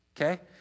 Okay